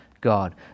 God